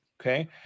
Okay